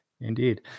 Indeed